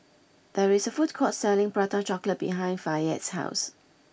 there is a food court selling Prata Chocolate behind Fayette's house